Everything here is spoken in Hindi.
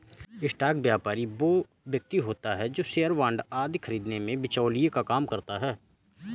स्टॉक व्यापारी वो व्यक्ति होता है जो शेयर बांड आदि खरीदने में बिचौलिए का काम करता है